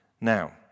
Now